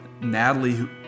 Natalie